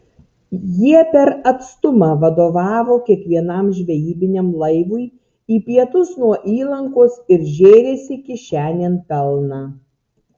jie per atstumą vadovavo kiekvienam žvejybiniam laivui į pietus nuo įlankos ir žėrėsi kišenėn pelną